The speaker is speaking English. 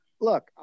look